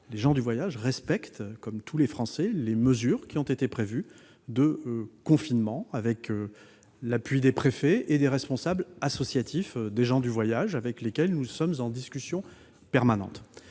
les gens du voyage respectent, comme tous les Français, les mesures prévues à cet effet, avec l'appui des préfets et des responsables associatifs des gens du voyage, avec lesquels nous sommes d'ailleurs en discussion permanente.